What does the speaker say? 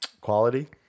Quality